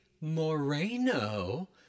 Moreno